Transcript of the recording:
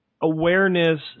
awareness